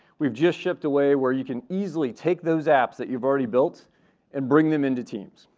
we've just shipped away where you can easily take those apps that you've already built and bring them into teams.